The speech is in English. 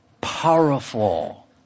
powerful